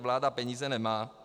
Vláda peníze nemá.